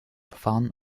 verfahren